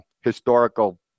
historical